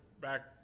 back